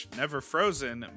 never-frozen